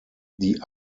die